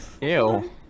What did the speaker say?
Ew